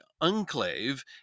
enclave